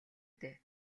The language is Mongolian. дээ